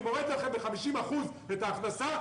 אני מוריד לכם ב-50% את ההכנסה,